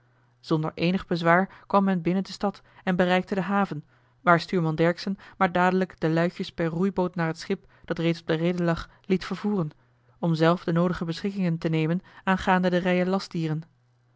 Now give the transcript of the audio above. zonder eenig bezwaar kwam men binnen de stad en bereikte de haven waar stuurman dercksen maar dadelijk de luitjes per roeiboot naar het schip dat reeds op de reede lag liet vervoeren om zelf de noodige beschikkingen te nemen aangaande de rijen